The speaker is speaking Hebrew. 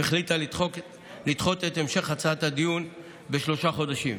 והחליטה לדחות את המשך הדיון בשלושה חודשים.